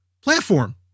platform